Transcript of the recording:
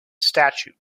statute